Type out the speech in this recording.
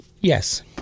Yes